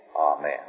Amen